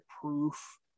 proof